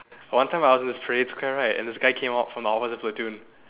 one time I was in the parade square right and this guy came out from the opposite platoon